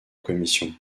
commission